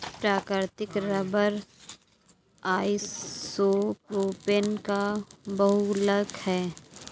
प्राकृतिक rubber isopropene का बहुलक है